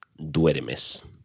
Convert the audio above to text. duermes